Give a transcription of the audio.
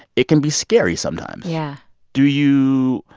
it can be scary sometimes yeah do you